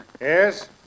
Yes